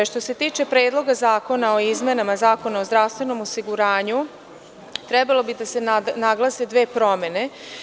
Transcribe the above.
Što se tiče Predloga zakona o izmenama Zakona o zdravstvenom osiguranju, trebale bi da se naglase dve promene.